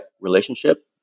relationship